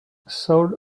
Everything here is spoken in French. saul